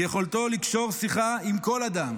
יכולתו לקשור שיחה עם כל אדם